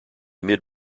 mid